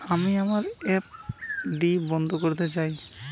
আমি আমার এফ.ডি বন্ধ করতে চাই